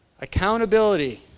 Accountability